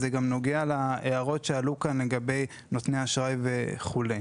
וזה גם נוגע להערות שעלו כאן לגבי נותני אשראי וכו'.